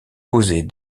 poser